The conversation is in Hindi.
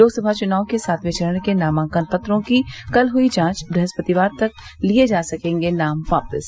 लोकसभा चुनाव के सातवें चरण के नामांकन पत्रों की कल हुई जांच बृहस्पतिवार तक लिये जा सकेंगे नाम वापस